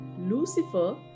Lucifer